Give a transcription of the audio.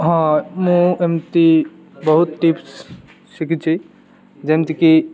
ହଁ ମୁଁ ଏମିତି ବହୁତ ଟିପ୍ସ୍ ଶିଖିଛି ଯେମିତିକି